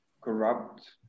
corrupt